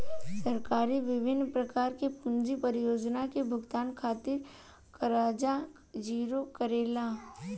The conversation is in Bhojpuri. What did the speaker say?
सरकार बिभिन्न प्रकार के पूंजी परियोजना के भुगतान खातिर करजा जारी करेले